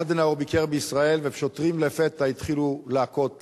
אדנאואר ביקר בישראל ושוטרים לפתע החלו להכות.